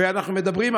ואנחנו מדברים,